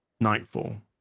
Nightfall